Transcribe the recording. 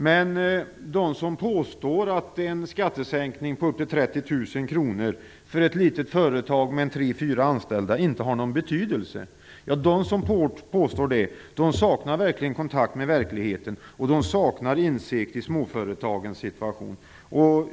Men de som påstår att en skattesänkning på upp till 30 000 kr för ett litet företag med tre fyra anställda inte har någon betydelse saknar verkligen kontakt med verkligheten och insikt i småföretagens situation.